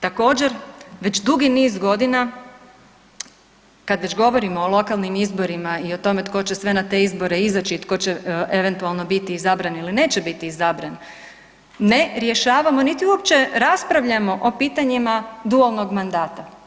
Također već dugi niz godina, kad već govorimo o lokalnim izborima i o tome tko će sve na te izbore izaći i tko eventualno biti izabran ili neće biti izabran, ne rješavamo niti uopće raspravljamo o pitanju dualnog mandata.